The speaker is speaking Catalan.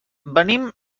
venim